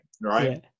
right